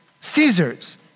Caesar's